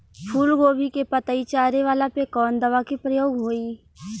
फूलगोभी के पतई चारे वाला पे कवन दवा के प्रयोग होई?